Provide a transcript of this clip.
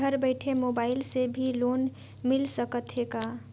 घर बइठे मोबाईल से भी लोन मिल सकथे का?